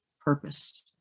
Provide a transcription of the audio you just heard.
purpose